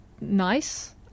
nice